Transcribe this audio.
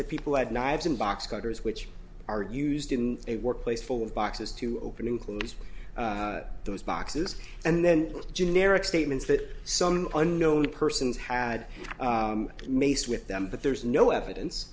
that people had knives and box cutters which are used in a workplace full of boxes to open include those boxes and then generic statements that some unknown persons had maced with them but there's no evidence